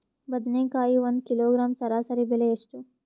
ಬದನೆಕಾಯಿ ಒಂದು ಕಿಲೋಗ್ರಾಂ ಸರಾಸರಿ ಬೆಲೆ ಎಷ್ಟು?